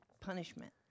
punishment